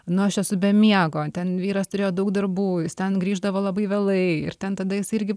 nu aš esu be miego ten vyras turėjo daug darbų jis ten grįždavo labai vėlai ir ten tada jisai irgi